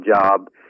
job